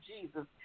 Jesus